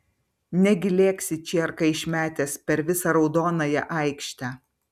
negi lėksi čierką išmetęs per visą raudonąją aikštę